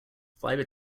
fibre